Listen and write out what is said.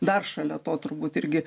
dar šalia to turbūt irgi